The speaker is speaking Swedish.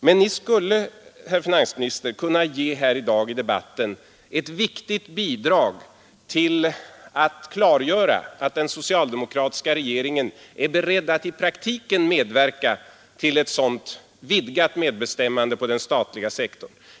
Men ni skulle, herr finansminister, i dag kunna ge ett viktigt bidrag till att klargöra att den socialdemokratiska regeringen är beredd att i praktiken medverka till ett sådant vidgat medbestämmande på den statliga sektorn.